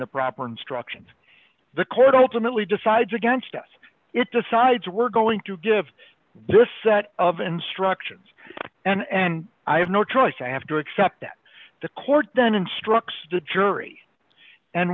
the proper instructions the court ultimately decides against us it decides we're going to give this set of instructions and i have no choice i have to accept that the court then instructs the jury and